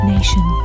Nation